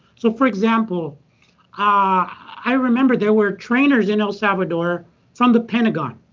so for example ah i remember there were trainers in el salvador from the pentagon.